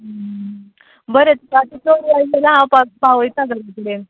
बरें तुका आतां ती चड जाय जाल्यार हांव पावयतां घरा कडेन